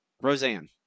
Roseanne